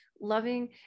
loving